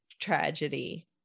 tragedy